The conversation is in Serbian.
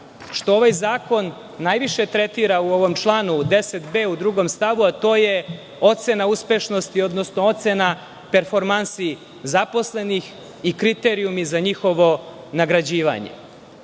što ovaj zakon najviše tretira u ovom članu 10b u stavu 2. a to je ocena uspešnosti, odnosno ocena performansi zaposlenih i kriterijumi za njihovo nagrađivanje. Nisam